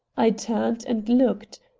i turned and looked.